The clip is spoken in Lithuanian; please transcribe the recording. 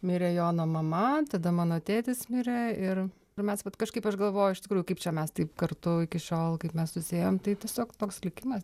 mirė jono mama tada mano tėtis mirė ir ir mes vat kažkaip aš galvoju iš tikrųjų kaip čia mes taip kartu iki šiol kaip mes susiėjom tai tiesiog toks likimas